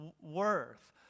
worth